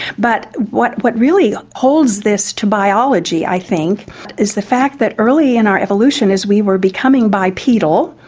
but what what really holds this to biology i think is the fact that early in our evolution as we were becoming bipedal,